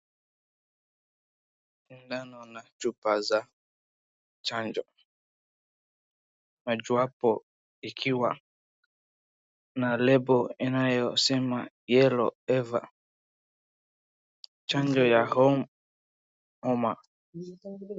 Sindano na chupa za chanjo mojawapo ikiwa na lable inayosema yellow fever chanjo ya homa.